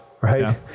right